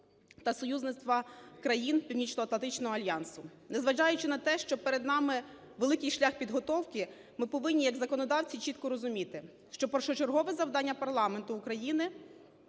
та союзництва країн Північноатлантичного альянсу. Незважаючи на те, що перед нами великий шлях підготовки, ми повинні як законодавці чітко розуміти, що першочергове завдання парламенту України